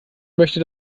möchte